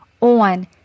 on